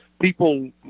people